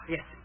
Yes